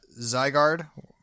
Zygarde